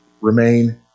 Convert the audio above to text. Remain